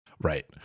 right